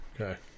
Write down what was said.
Okay